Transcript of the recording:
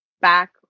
back